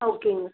ஆ ஓகேங்க